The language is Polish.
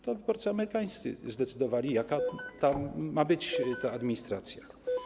To wyborcy amerykańscy zdecydowali, jaka ma być tam administracja.